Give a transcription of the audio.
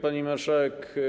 Pani Marszałek!